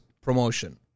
promotion